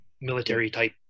military-type